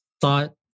thought